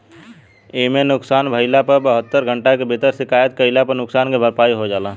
एइमे नुकसान भइला पर बहत्तर घंटा के भीतर शिकायत कईला पर नुकसान के भरपाई हो जाला